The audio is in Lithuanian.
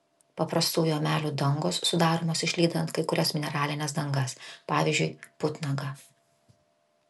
paprastųjų emalių dangos sudaromos išlydant kai kurias mineralines dangas pavyzdžiui putnagą